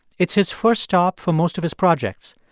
it's his first stop for most of his projects,